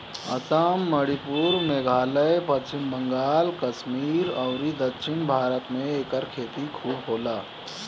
आसाम, मणिपुर, मेघालय, पश्चिम बंगाल, कश्मीर अउरी दक्षिण भारत में एकर खेती खूब होला